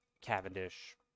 Cavendish